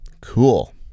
Cool